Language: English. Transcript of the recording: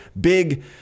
big